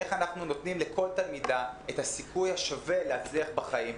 איך אנחנו נותנים לכל תלמידה את הסיכוי השווה להצליח בחיים,